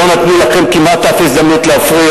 שלא נתנו לכם כמעט אף הזדמנות להפריע